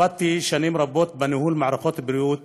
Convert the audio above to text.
עבדתי שנים רבות בניהול מערכות בריאות,